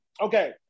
Okay